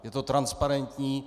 Je to transparentní.